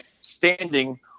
standing